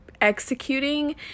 executing